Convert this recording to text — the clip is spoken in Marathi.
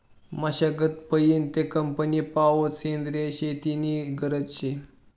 मशागत पयीन ते कापनी पावोत सेंद्रिय शेती नी गरज शे